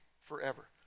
forever